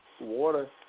water